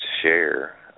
share